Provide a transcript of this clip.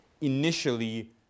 initially